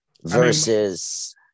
versus